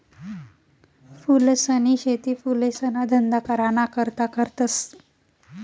फूलसनी शेती फुलेसना धंदा कराना करता करतस